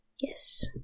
Yes